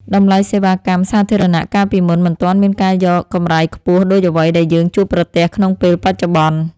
តម្លៃសេវាកម្មសាធារណៈកាលពីមុនមិនទាន់មានការយកកម្រៃខ្ពស់ដូចអ្វីដែលយើងជួបប្រទះក្នុងពេលបច្ចុប្បន្ន។